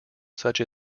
such